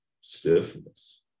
stiffness